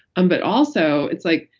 um but also it's like,